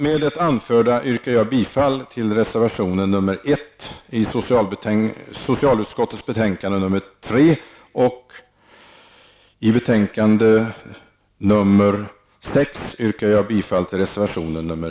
Med det anförda yrkar jag bifall till reservationen nr 1 i socialutskottets betänkande nr